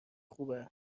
خوبه